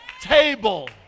table